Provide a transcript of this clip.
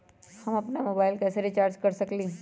हम अपन मोबाइल कैसे रिचार्ज कर सकेली?